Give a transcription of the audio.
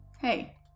Hey